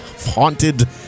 haunted